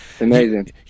Amazing